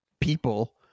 people